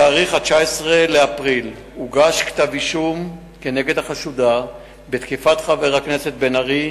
בתאריך 19 באפריל הוגש כתב אישום כנגד החשודה בתקיפת חבר הכנסת בן-ארי